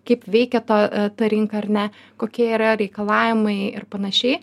kaip veikia ta ta rinka ar ne kokie yra reikalavimai ir panašiai